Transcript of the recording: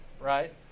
right